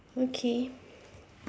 okay